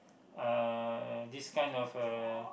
uh this kind of uh